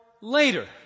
later